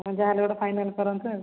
ଆପଣ ଯାହାହେଲେ ଗୋଟେ ଫାଇନାଲ୍ କରନ୍ତୁ ଆଉ